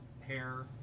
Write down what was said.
hair